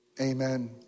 Amen